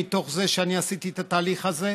מתוך זה שעשיתי את התהליך הזה,